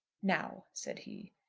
now, said he,